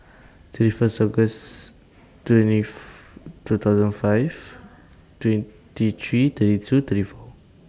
thirty First August twentieth two thousand five twenty three thirty two thirty four